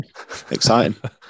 exciting